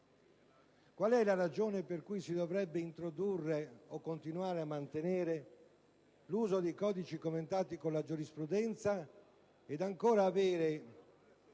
Qual è la ragione per cui si dovrebbe introdurre o continuare a mantenere l'uso di codici commentati con la giurisprudenza e ancora avere